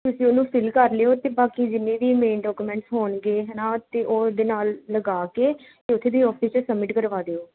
ਤੁਸੀਂ ਉਹਨੂੰ ਫਿਲ ਕਰ ਲਿਓ ਅਤੇ ਬਾਕੀ ਜਿੰਨੇ ਵੀ ਮੇਨ ਡੋਕੂਮੈਂਟਸ ਹੋਣਗੇ ਹੈ ਨਾ ਤੇ ਉਹ ਉਹਦੇ ਨਾਲ ਲਗਾ ਕੇ ਅਤੇ ਉੱਥੇ ਦੇ ਆਫਿਸ 'ਚ ਸਬਮਿਟ ਕਰਵਾ ਦਿਓ